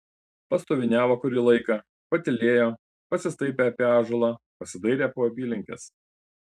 pastoviniavo kurį laiką patylėjo pasistaipė apie ąžuolą pasidairė po apylinkes